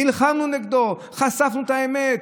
נלחמנו נגדו, חשפנו את האמת.